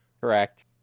Correct